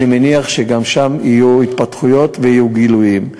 אני מניח שגם שם יהיו התפתחויות ויהיו גילויים.